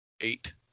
Eight